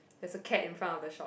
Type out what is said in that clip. there's a cat in front of the shop